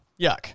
Yuck